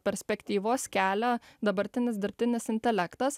perspektyvos kelia dabartinis dirbtinis intelektas